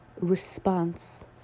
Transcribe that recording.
response